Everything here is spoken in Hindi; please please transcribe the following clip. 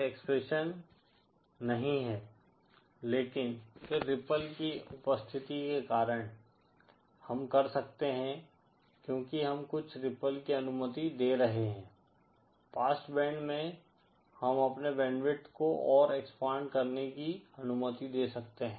एक्सप्रेशन नहीं है लेकिन फिर रिप्पल की उपस्थिति के कारण हम कर सकते हैं क्योंकि हम कुछ रिप्पल की अनुमति दे रहे हैं पास्ट बैंड में हम अपने बैंडविड्थ को और एक्सपैंड करने की अनुमति दे सकते हैं